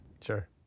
sure